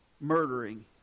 murdering